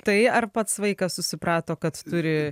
tai ar pats vaikas susiprato kad turi